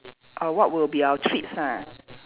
uh what would we our treats ah